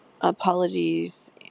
apologies